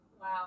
Wow